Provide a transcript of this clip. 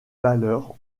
valeur